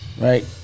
Right